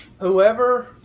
whoever